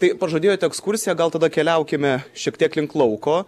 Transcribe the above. tai pažadėjot ekskursiją gal tada keliaukime šiek tiek link lauko